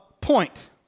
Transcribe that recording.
point